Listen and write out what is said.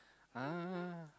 uh